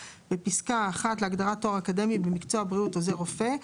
בפסקה (1) להגדרה "תואר אקדמי" במקצוע בריאות עוזר רופא,